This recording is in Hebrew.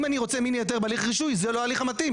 אם אני רוצה מיני היתר בהליך הרישוי זה לא ההליך המתאים,